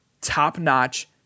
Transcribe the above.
top-notch